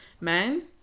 Men